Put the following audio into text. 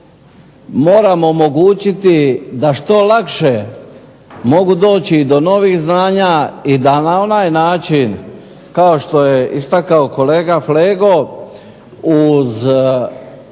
moramo omogućiti da što lakše mogu doći do novih znanja i da na onaj način, kao što je istakao kolega Flego, uz